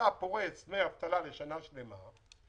אתה פורס דמי אבטלה לשנה שלמה,